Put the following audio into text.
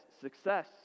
success